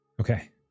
Okay